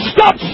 Stop